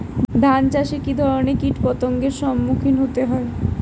ধান চাষে কী ধরনের কীট পতঙ্গের সম্মুখীন হতে হয়?